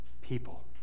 people